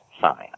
science